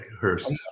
Hurst